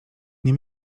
nie